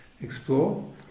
explore